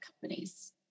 companies